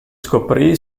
scoprì